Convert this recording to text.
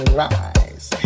rise